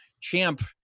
Champ